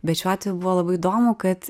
bet šiuo atveju buvo labai įdomu kad